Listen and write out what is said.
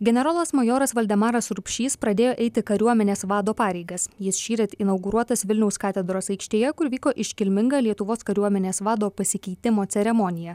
generolas majoras valdemaras rupšys pradėjo eiti kariuomenės vado pareigas jis šįryt inauguruotas vilniaus katedros aikštėje kur vyko iškilminga lietuvos kariuomenės vado pasikeitimo ceremonija